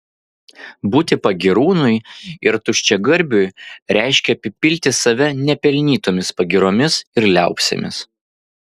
būti pagyrūnui ir tuščiagarbiui reiškia apipilti save nepelnytomis pagyromis ir liaupsėmis